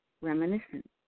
Reminiscence